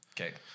Okay